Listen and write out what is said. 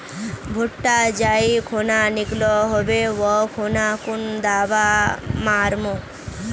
भुट्टा जाई खुना निकलो होबे वा खुना कुन दावा मार्मु?